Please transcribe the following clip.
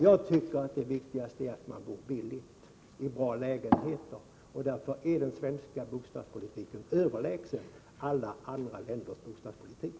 Jag tycker att det viktigaste är att man bor billigt i bra lägenheter, och därför är den svenska bostadspolitiken överlägsen alla andra länders bostadspolitik.